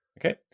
Okay